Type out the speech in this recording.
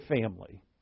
family